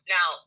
Now